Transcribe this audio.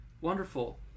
Wonderful